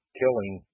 killing